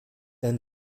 ein